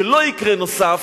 שלא יקרה נוסף,